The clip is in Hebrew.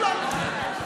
אולי.